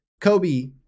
kobe